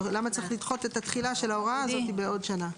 למה צריך לדחות את התחילה של ההוראה הזאת בעוד שנה?